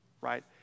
right